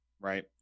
Right